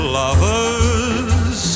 lovers